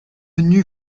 nue